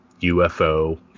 UFO